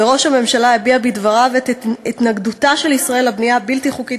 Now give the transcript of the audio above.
וראש הממשלה הביע בדבריו את התנגדותה של ישראל לבנייה הבלתי-חוקית